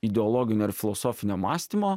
ideologinio ir filosofinio mąstymo